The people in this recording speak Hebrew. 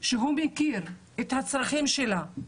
שהוא מכיר את הצרכים שלה,